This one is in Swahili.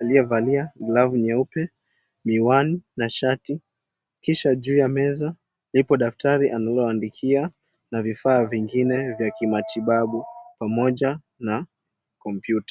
aliyevalia vazi nyeupe miwani na shati kisha juu ya meza lipo daftari analoandikia na vifaa vingine vya kimatibabu pamoja na kompyuta.